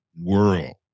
world